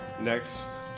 next